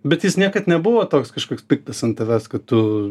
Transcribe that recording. bet jis niekad nebuvo toks kažkoks piktas ant tavęs kad tu